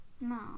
No